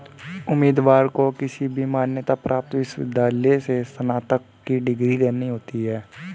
उम्मीदवार को किसी भी मान्यता प्राप्त विश्वविद्यालय से स्नातक की डिग्री लेना होती है